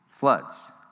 Floods